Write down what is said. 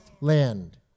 land